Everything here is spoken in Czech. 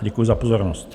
Děkuji za pozornost.